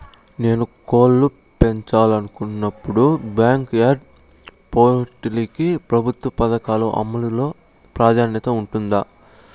నేను కోళ్ళు పెంచాలనుకున్నపుడు, బ్యాంకు యార్డ్ పౌల్ట్రీ కి ప్రభుత్వ పథకాల అమలు లో ప్రాధాన్యత ఉంటుందా?